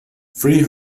three